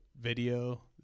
video